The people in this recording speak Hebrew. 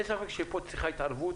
אין ספק שפה צריכה להיות התערבות.